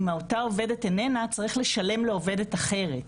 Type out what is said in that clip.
אם אותה העובדת איננה צריך לשלם לעובדת אחרת,